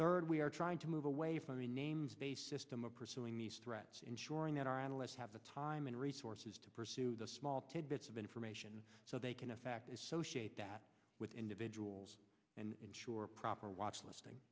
third we are trying to move away from the names based system of pursuing these threats ensuring that our analysts have the time and resources to pursue the small tidbits of information so they can effect associate that with individuals and ensure proper watch listing